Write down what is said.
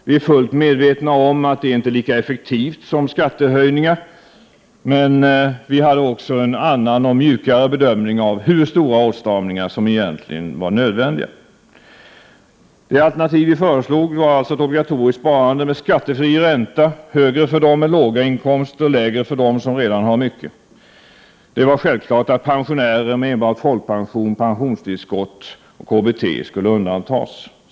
Vi är fullt medvetna om att det inte är lika effektivt som skattehöjningar, men vi hade också en annan och mjukare bedömning av hur stora åtstramningar som egentligen var nödvändiga. Det obligatoriska sparande som vi föreslog hade skattefri ränta, högre för dem med låga inkomster och lägre för dem som redan har mycket. Det var självklart att pensionärer med enbart folkpension, pensionstillskott och KBT skulle undantas.